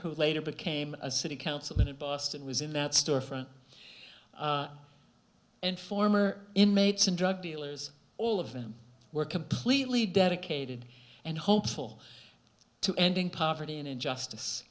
who later became a city councilman in boston was in that storefront and former inmates and drug dealers all of them were completely dedicated and hopeful to ending poverty and justice